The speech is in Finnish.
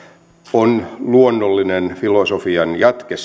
on luonnollinen filosofian jatke